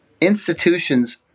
institutions